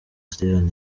steven